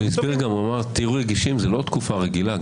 הוא גם אמר שתהיו רגישים, זאת לא תקופה רגילה.